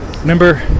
Remember